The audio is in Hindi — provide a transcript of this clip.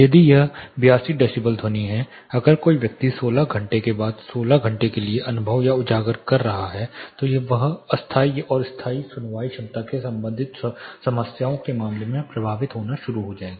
यदि यह 82 डेसिबल ध्वनि है अगर कोई व्यक्ति 16 घंटे के बाद 16 घंटे के लिए अनुभव या उजागर कर रहा है तो वह अस्थायी और स्थायी सुनवाई क्षमता से संबंधित समस्याओं के मामले में प्रभावित होना शुरू हो जाएगा